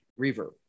reverb